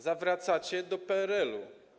Zawracacie do PRL-u.